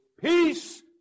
peace